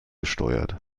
gesteuert